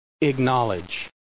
acknowledge